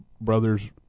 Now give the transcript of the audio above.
brother's